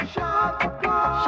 Shotgun